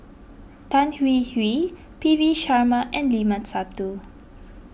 Tan Hwee Hwee P V Sharma and Limat Sabtu